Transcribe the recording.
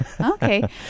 Okay